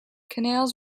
canals